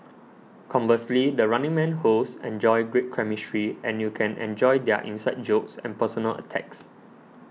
conversely the Running Man hosts enjoy great chemistry and you can enjoy their inside jokes and personal attacks